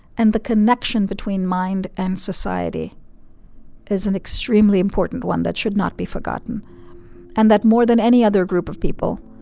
and the connection between mind and society is an extremely important one that should not be forgotten and that more than any other group of people,